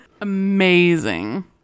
Amazing